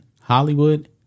Hollywood